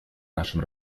нашем